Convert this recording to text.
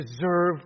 deserve